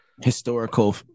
historical